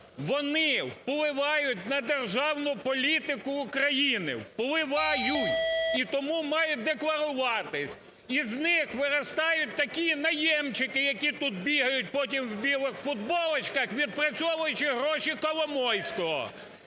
вони впливають на державну політику України, впливають! І тому мають декларуватись. Із них виростають такі "Найємчики", які тут бігають потім в білих футболочках, відпрацьовуючи гроші Коломойського.